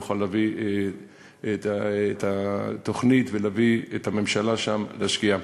נוכל להביא את התוכנית ולהביא את הממשלה להשקיע שם.